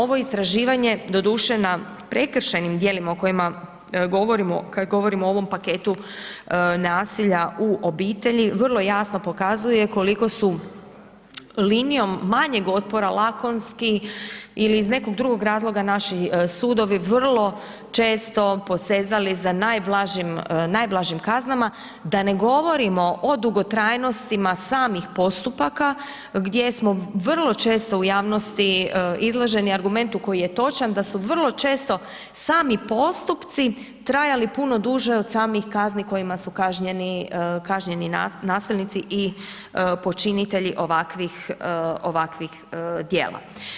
Ovo istraživanje doduše na prekršajnim djelima o kojima govorimo kad govorimo o ovom paketu nasilja u obitelji, vrlo jasno pokazuje koliko su linijom manjeg otpora lakonski ili iz nekog drugog razloga naši sudovi vrlo često posezali za najblažim, najblažim kaznama, da ne govorimo o dugotrajnostima samih postupaka gdje smo vrlo često u javnosti izloženi argumentu koji je točan, da su vrlo često sami postupci trajali puno duže od samih kazni kojima su kažnjeni, kažnjeni nasilnici i počinitelji ovakvih, ovakvih djela.